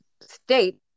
state